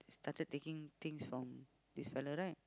started taking things from this fellow right